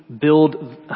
build